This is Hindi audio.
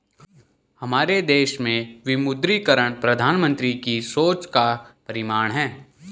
हमारे देश में विमुद्रीकरण प्रधानमन्त्री की सोच का परिणाम है